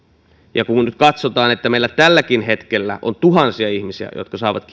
ja kun kun katsotaan että meillä tälläkin hetkellä on tuhansia ihmisiä jotka saavat